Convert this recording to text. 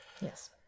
Yes